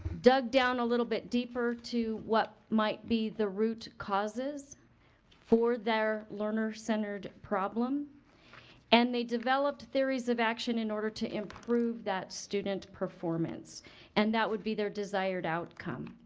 dug down a little bit deeper to what might be the root causes for their learner centered problem and they developed theories of action in order to improve that student performance and that would be their desired outcome.